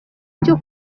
cyo